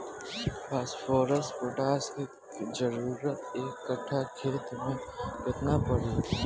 Phosphorus potash के जरूरत एक कट्ठा खेत मे केतना पड़ी?